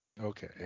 Okay